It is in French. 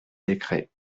décret